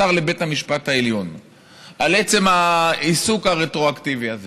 עתר לבית המשפט העליון על עצם העיסוק הרטרואקטיבי הזה.